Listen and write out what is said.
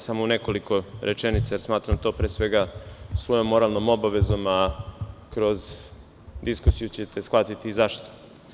Samo u nekoliko rečenica, jer smatram to pre svega svojom moralnom obavezom, a kroz diskusiju ćete shvatiti i zašto.